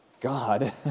God